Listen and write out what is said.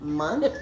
month